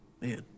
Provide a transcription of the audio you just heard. Man